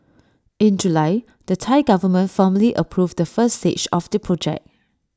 in July the Thai Government formally approved the first stage of the project